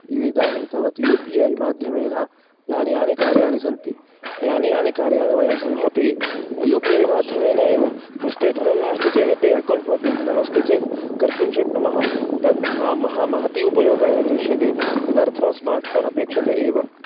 इदानीं तावत् U P I माध्यमेन यानि यानि कार्याणि सन्ति यानि यानि कार्याणि वयं सर्वमपि यु पि ऐ माध्यमेन एव हस्ते धनं नास्ति चेदपि अकौन्ट्मध्ये धनमस्ति चेत् कर्तुं शक्नुमः तत् मा महा महती उपयोगाय दृश्यते तदर्थं स्मार्ट् फ़ोन् अपेक्षते एव